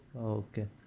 Okay